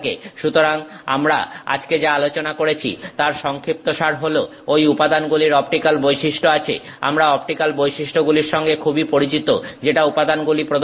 সুতরাং আমরা আজকে যা আলোচনা করেছি তার সংক্ষিপ্তসার হলো ঐ উপাদানগুলির অপটিক্যাল বৈশিষ্ট্য আছে আমরা অপটিক্যাল বৈশিষ্ট্যগুলির সঙ্গে খুবই পরিচিত যেটা উপাদানগুলি প্রদর্শন করে